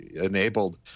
enabled